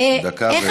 דקה,